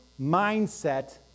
mindset